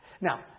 Now